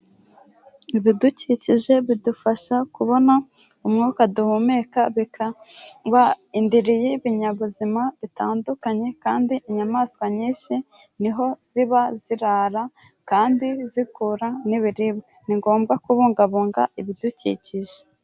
Ibidukikije bidufasha kubona umwuka duhumeka, bikaba indiri y'ibinyabuzima bitandukanye kandi inyamaswa nyinshi niho ziba zirara kandi zikura n'ibiribwa, ni ngombwa kubungabunga ibidukikije.